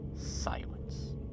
Silence